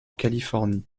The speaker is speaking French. californie